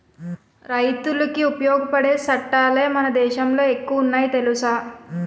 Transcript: రైతులకి ఉపయోగపడే సట్టాలే మన దేశంలో ఎక్కువ ఉన్నాయి తెలుసా